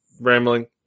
rambling